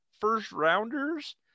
first-rounders